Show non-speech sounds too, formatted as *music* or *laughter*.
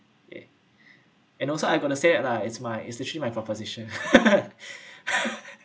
yeah and also I got to say at lah is my is actually my proposition *laughs*